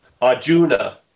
Arjuna